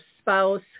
spouse